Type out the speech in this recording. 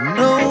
no